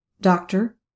doctor